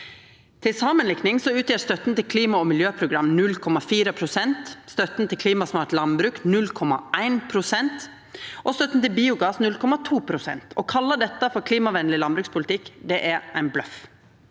Til samanlikning utgjer stønaden til klima- og miljøprogram 0,4 pst., stønaden til Klimasmart landbruk 0,1 pst. og stønaden til biogass 0,2 pst. Å kalla dette for klimavenleg landbrukspolitikk er ein bløff.